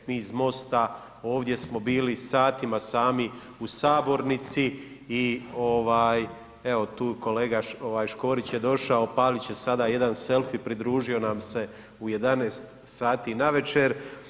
Mi iz MOST-a ovdje smo bili satima sami u sabornici i evo tu kolega Škorić je došao, opaliti će sada jedan selfi, pridružio nam se u 11h navečer.